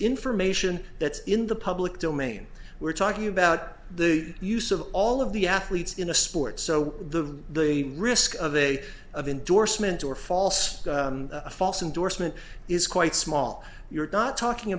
information that's in the public domain we're talking about the use of all of the athletes in a sport so the risk of a of indorsement or false false endorsement is quite small you're not talking